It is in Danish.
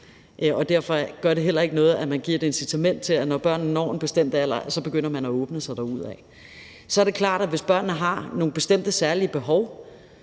at man giver et incitament til, at børnene, når de når en bestemt alder, begynder at åbne sig derudaf. Så er det klart, at hvis børnene har nogle bestemte særlige behov,